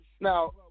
Now